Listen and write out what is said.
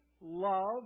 love